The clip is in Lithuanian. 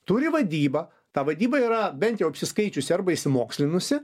turi vadybą ta vadyba yra bent jau apsiskaičiusi arba išsimokslinusi